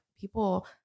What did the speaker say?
people